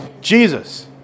Jesus